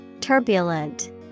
Turbulent